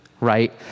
right